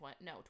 No